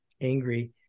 angry